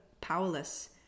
powerless